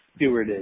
stewarded